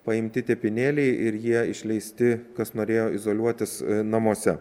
paimti tepinėliai ir jie išleisti kas norėjo izoliuotis namuose